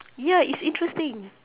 ya it's interesting